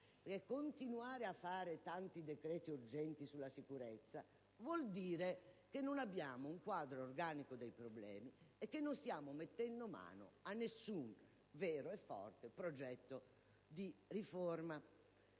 Continuare a predisporre tanti decreti d'urgenza sulla sicurezza vuol dire che non abbiamo un quadro organico dei problemi e che non stiamo mettendo mano a nessun vero e forte progetto di riforma.